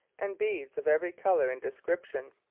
and beads of every colour and description.